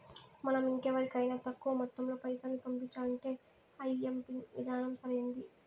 మనం ఇంకెవరికైనా తక్కువ మొత్తంలో పైసల్ని పంపించాలంటే ఐఎంపిన్ విధానం సరైంది